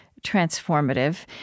transformative